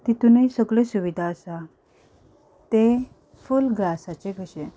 तितूनय सगल्यो सुविदा आसा तें फूल ग्लासाचें कशें